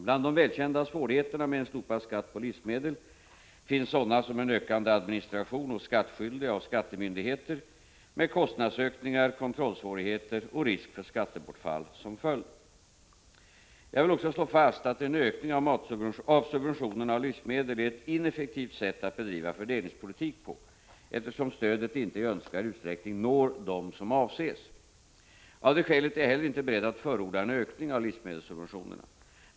Bland de välkända svårigheterna med en slopad skatt på livsmedel finns sådana som en ökande administration hos skattskyldiga och skattemyndighe 67 ter med kostnadsökningar, kontrollsvårigheter och risk för skattebortfall som följd. Jag vill också slå fast följande: Att öka subventionerna av livsmedel är ett ineffektivt sätt att bedriva fördelningspolitik på, eftersom stödet inte i önskvärd utsträckning når dem som avses. Av det skälet är jag inte heller beredd att förorda en ökning av livsmedelssubventionerna.